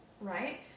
Right